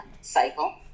cycle